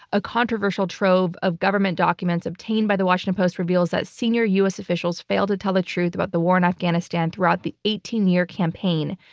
a controversial trove of government documents obtained by the washington post reveals that senior u. s. officials failed to tell the truth about the war in afghanistan throughout the eighteen year campaign,